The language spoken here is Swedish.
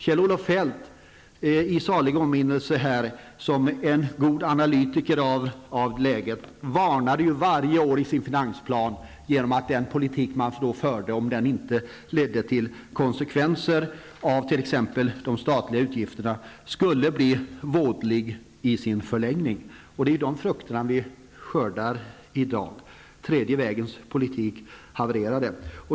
Kjell-Olof Feldt, i ''salig åminnelse'' som en god analytiker av läget, varnade varje år i sin finansplan för att om den politik som man förde inte ledde till konsekvenser på t.ex. de statliga utgifterna skulle den bli vådlig i förlängningen. Och det är ju dessa frukter som vi i dag skördar. Tredje vägens politik havererade.